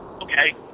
okay